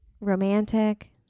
romantic